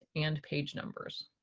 and page numbers.